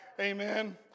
Amen